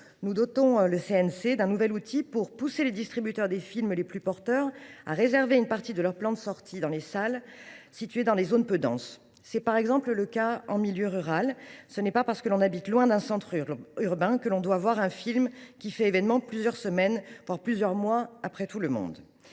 nous dotons le CNC d’un nouvel outil pour pousser les distributeurs des films les plus porteurs à réserver une partie de leur plan de sortie à des salles situées dans des zones peu denses. C’est par exemple le cas en milieu rural : ce n’est pas parce que l’on habite loin d’un centre urbain que l’on doit voir un film qui fait événement plusieurs semaines, voire plusieurs mois, après tout le monde.